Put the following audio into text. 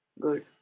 Good